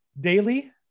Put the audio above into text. Daily